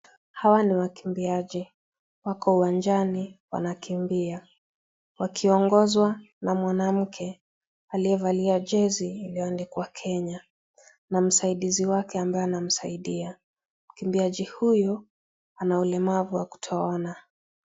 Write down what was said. Hawa ni wakimbiaji, wako uwanjani wanakimbia. Wakiongozwa na mwanamke aliyevalia jezi iliyoandikwa Kenya. Na msaidizi wake ambaye anamsaidia, mkimbiaji huyu ana ulemavu wa kutoona.